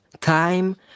time